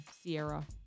Sierra